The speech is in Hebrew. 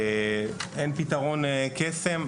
אין פתרון קסם,